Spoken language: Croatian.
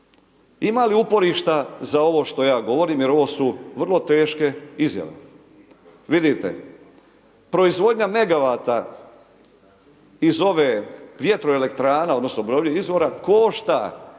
Ima li uporišta za ovo što ja govorim, jer ovo su vrlo teške izjave? Vidite, proizvodnja megavata iz ove vjetroelektrana, odnosno obnovljivih izvora košta